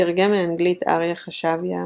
תרגם מאנגלית אריה חשביה,